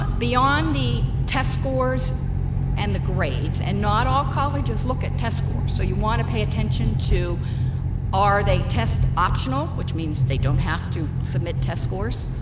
beyond the test scores and the grades and not all colleges look at test scores so you want to pay attention to are they test optional which means they don't have to submit test scores